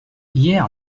hier